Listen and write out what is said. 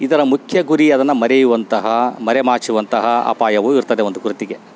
ಇದರ ಮುಖ್ಯ ಗುರಿ ಅದನ್ನು ಮರೆಯುವಂತಹ ಮರೆಮಾಚುವಂತಹ ಅಪಾಯವು ಇರ್ತದೆ ಒಂದು ಕೃತಿಗೆ